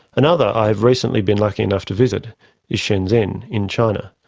another i have recently been lucky enough to visit is shenzhen in china.